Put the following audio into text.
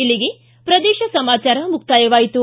ಇಲ್ಲಿಗೆ ಪ್ರದೇಶ ಸಮಾಚಾರ ಮುಕ್ತಾಯವಾಯಿತು